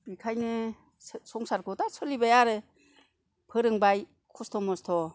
ओंखायनो संसारखौ दा सोलिबाय आरो फोरोंबाय खस्थ' मस्थ'